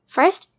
First